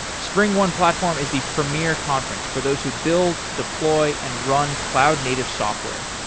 springone platform is the premier conference for those who build deploy and run cloud native software.